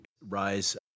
rise